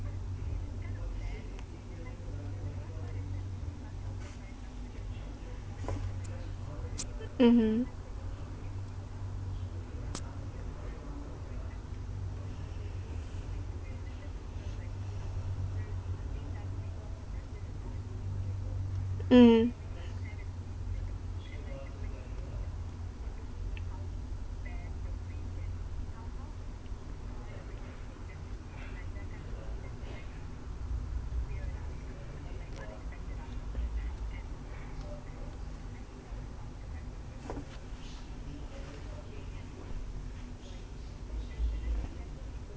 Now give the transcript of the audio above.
mmhmm mm